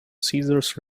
caesars